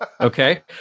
Okay